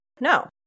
No